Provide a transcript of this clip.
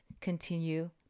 continue